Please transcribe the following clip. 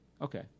Okay